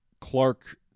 clark